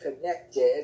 connected